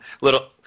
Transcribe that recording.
little